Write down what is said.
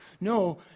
No